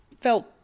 felt